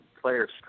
players